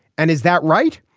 and is that right.